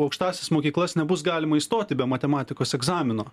aukštąsias mokyklas nebus galima įstoti be matematikos egzamino